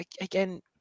Again